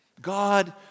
God